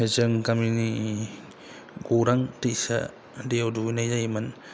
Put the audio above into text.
जोंनि गामिनि गौरां दैसा दैयाव दुगैनाय जायोमोन